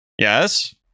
Yes